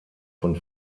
von